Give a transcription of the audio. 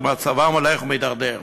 ומצבן הולך ומידרדר.